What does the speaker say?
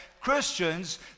Christians